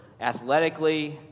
athletically